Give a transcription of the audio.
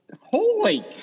Holy